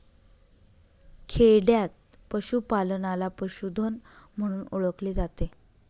खेडयांत पशूपालनाला पशुधन म्हणून ओळखले जाते